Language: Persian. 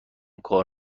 کار